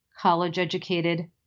college-educated